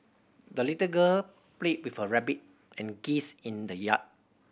the little girl played with her rabbit and geese in the yard